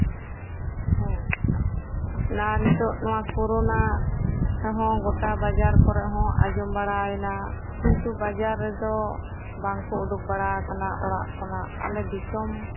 ᱟᱨ ᱱᱤᱛᱳᱜ ᱱᱚᱣᱟ ᱠᱚᱨᱳᱱᱟ ᱛᱮᱦᱚᱸ ᱜᱚᱴᱟ ᱵᱟᱡᱟᱨ ᱠᱚᱨᱮ ᱦᱚᱸ ᱟᱸᱡᱚᱢ ᱵᱟᱲᱟᱭᱱᱟ ᱠᱤᱱᱛᱩ ᱵᱟᱡᱟᱨ ᱨᱮᱫᱚ ᱵᱟᱝᱠᱚ ᱩᱰᱩᱠ ᱵᱟᱲᱟ ᱟᱠᱟᱱᱟ ᱚᱲᱟᱜ ᱠᱷᱚᱱᱟᱜ